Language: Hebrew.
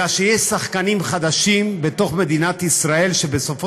אלא שיש שחקנים חדשים במדינת ישראל שבסופו